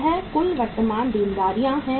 ये कुल वर्तमान देनदारियां हैं